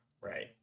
Right